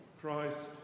Christ